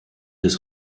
des